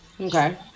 Okay